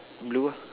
blue ah